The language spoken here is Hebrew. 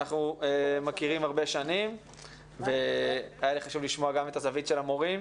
אנחנו מכירים הרבה שנים והיה לי חשוב לשמוע גם את הזווית של המורים.